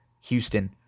Houston